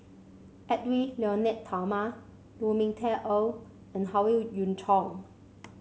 Edwy Lyonet Talma Lu Ming Teh Earl and Howe Yoon Chong